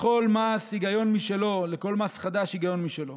לכל מס היגיון משלו, לכל מס חדש היגיון משלו.